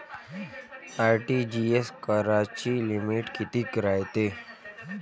RTGS कराची limit कितीक रायते?